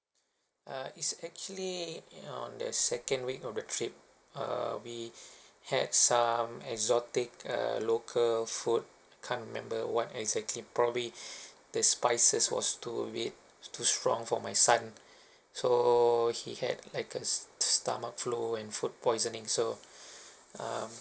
uh it's actually on the second week of the trip err we had some exotic uh local food I can't remember what exactly probably the spices was too a bit too strong for my son so he had like a stomach flu and food poisoning so um